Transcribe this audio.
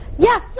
Yes